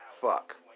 fuck